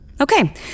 Okay